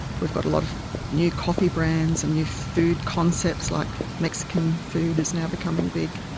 we've got a lot of new coffee brands and new food concepts, like mexican food is now becoming big.